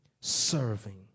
serving